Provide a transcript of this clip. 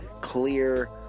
clear